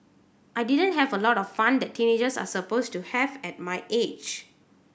I didn't have a lot of fun that teenagers are supposed to have at my age